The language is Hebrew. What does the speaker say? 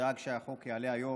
שדאג שהחוק יעלה היום.